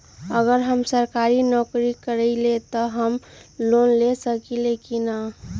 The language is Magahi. अगर हम सरकारी नौकरी करईले त हम लोन ले सकेली की न?